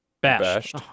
Bashed